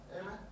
Amen